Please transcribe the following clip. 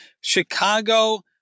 Chicago